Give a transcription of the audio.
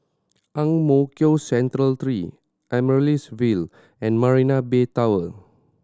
Ang Mo Kio Central Three Amaryllis Ville and Marina Bay Tower